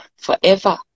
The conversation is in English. forever